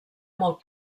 molt